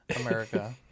America